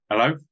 Hello